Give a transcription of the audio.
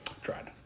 Tried